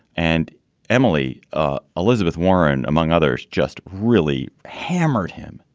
and emily, ah elizabeth warren, among others, just really hammered him,